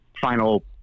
final